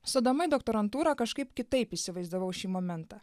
stodama į doktorantūrą kažkaip kitaip įsivaizdavau šį momentą